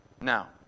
Now